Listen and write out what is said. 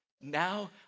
Now